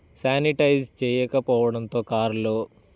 sanitise చెయ్యకపోవడంతో కార్లో